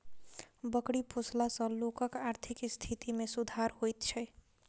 बकरी पोसला सॅ लोकक आर्थिक स्थिति मे सुधार होइत छै